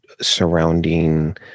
surrounding